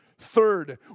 Third